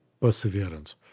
perseverance